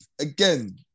Again